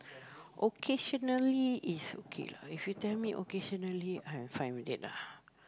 occasionally is okay lah if you tell me occasionally I am fine with it lah